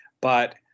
But-